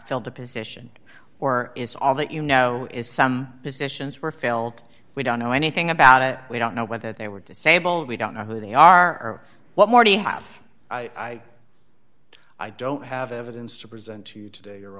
the position or is all that you know is some positions were failed we don't know anything about it we don't know whether they were disabled we don't know who they are what more do you have i i don't have evidence to present to you today